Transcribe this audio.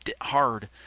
hard